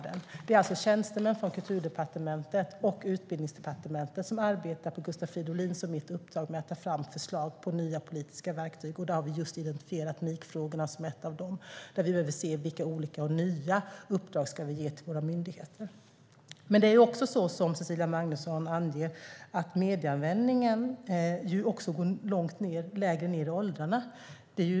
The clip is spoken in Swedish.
Det är alltså tjänstemän från Kulturdepartementet och Utbildningsdepartementet som arbetar på Gustav Fridolins och mitt uppdrag med att ta fram förslag på nya politiska verktyg. Där har vi identifierat MIK-frågorna. Vi behöver se vilka olika och nya uppdrag som ska ges till våra myndigheter. Precis som Cecilia Magnusson anger går medieanvändningen långt ned i åldrarna.